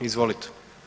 Izvolite.